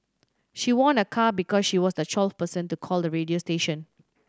she won a car because she was the twelfth person to call the radio station